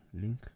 link